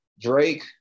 Drake